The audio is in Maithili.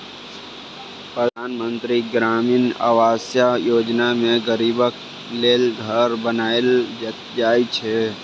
परधान मन्त्री ग्रामीण आबास योजना मे गरीबक लेल घर बनाएल जाइ छै